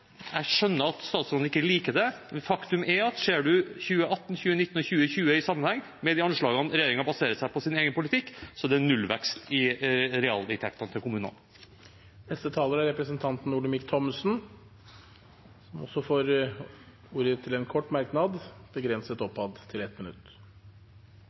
Jeg skjønner at statsråden ikke liker det, men faktum er at ser en 2018, 2019 og 2020 i sammenheng med de anslagene regjeringen baserer seg på i sin egen politikk, er det nullvekst i realinntektene til kommunene. Representanten Olemic Thommessen har ordet to ganger tidligere og får ordet til en kort merknad, begrenset